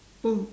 mm